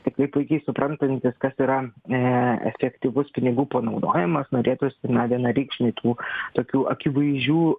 tikrai puikiai suprantantis kas yra neefektyvus pinigų panaudojimas norėtųsi na vienareikšmiai tų tokių akivaizdžių